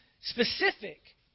specific